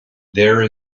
there